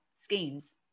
schemes